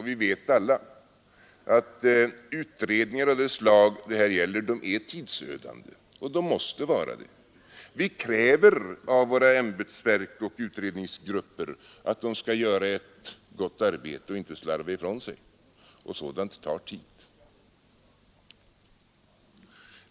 Vi vet alla att utredningar av det slag det här gäller är tidsödande och måste vara det. Vi kräver av våra ämbetsverk och utredningsgrupper att de skall göra ett gott arbete och inte slarva ifrån sig. Sådant tar tid.